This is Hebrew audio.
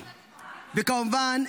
וכמובן,